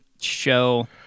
show